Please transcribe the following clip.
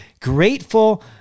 grateful